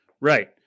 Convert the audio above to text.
Right